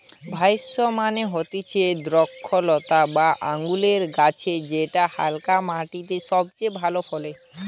vines মানে হতিছে দ্রক্ষলতা বা আঙুরের গাছ যেটা হালকা মাটিতে সবচে ভালো ফলে